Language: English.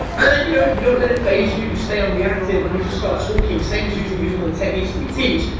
and then, you know, you donit let it phase you. you stay un-reactive and you just start talking same as usual, using all the techniques that we teach.